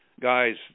guys